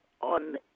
on